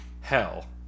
hell